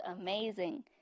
amazing